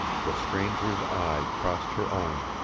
the stranger's eye crossed her own.